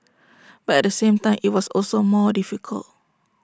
but at the same time IT was also more difficult